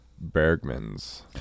Bergman's